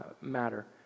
matter